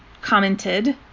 commented